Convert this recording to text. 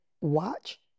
watch